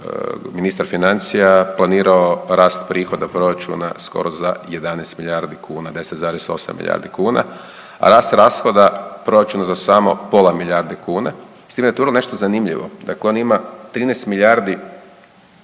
ministar financija planirao rast prihoda proračuna skoro za 11 milijardi kuna, 10,8 milijardi kuna, a rast rashoda proračuna za samo pola milijarde kuna, s time, tu je nešto zanimljivo. Dakle on ima 13 milijardi